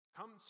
Come